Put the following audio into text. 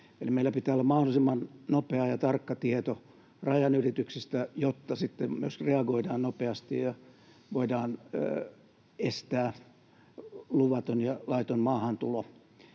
meillä pitää olla mahdollisimman nopea ja tarkka tieto rajanylityksistä, jotta sitten myös reagoidaan nopeasti ja voidaan estää luvaton ja laiton maahantulo.